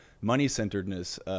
money-centeredness